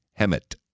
Hemet